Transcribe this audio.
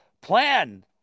plan